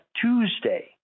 Tuesday